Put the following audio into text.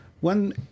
One